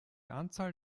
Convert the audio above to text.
anzahl